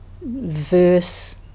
verse